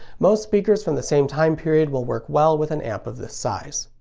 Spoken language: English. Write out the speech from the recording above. most speakers from the same time period will work well with an amp of this size.